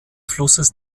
flusses